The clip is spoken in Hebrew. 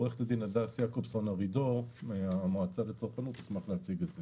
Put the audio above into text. עו"ד הדס יעקובסון ארידור מן המועצה לצרכנות תשמח להציג את זה,